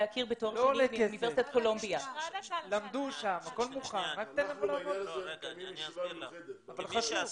השר להשכלה גבוהה ומשלימה זאב אלקין: לא,